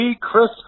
Chris